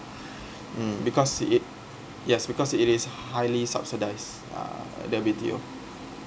mm because it~ yes because it is highly subsidize uh the B_T_O